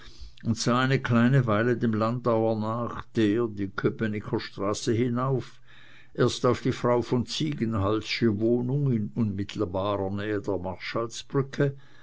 und sah eine kleine weile dem landauer nach der die köpnicker straße hinauf erst auf die frau von ziegenhalssche wohnung in unmittelbarer nähe der